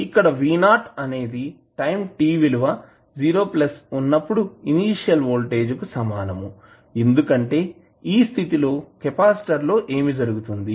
ఇక్కడV0 అనేది time t విలువ 0 వున్నప్పుడు ఇనీషియల్ వోల్టేజ్ కు సమానం ఎందుకంటే ఈ స్థితి లో కెపాసిటర్ లో ఏమి జరుగుతుంది